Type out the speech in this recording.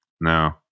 no